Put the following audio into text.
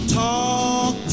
talk